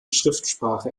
schriftsprache